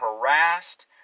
harassed